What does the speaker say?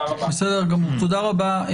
תודה רבה.